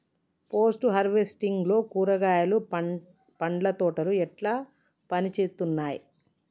Post harvesting లో కూరగాయలు పండ్ల తోటలు ఎట్లా పనిచేత్తనయ్?